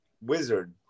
wizard